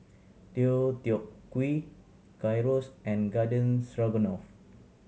Deodeok Gui Gyros and Garden Stroganoff